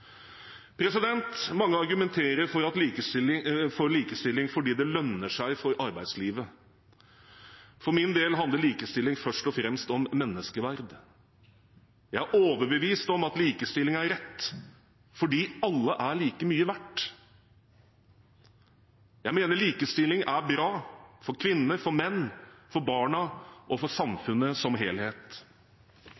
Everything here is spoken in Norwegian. Mange argumenterer for likestilling fordi det lønner seg for arbeidslivet. For min del handler likestilling først og fremst om menneskeverd. Jeg er overbevist om at likestilling er rett fordi alle er like mye verdt. Jeg mener likestilling er bra for kvinner, for menn, for barna og for